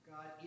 God